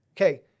Okay